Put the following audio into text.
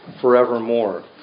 forevermore